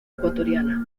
ecuatoriana